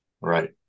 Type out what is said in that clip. right